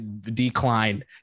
decline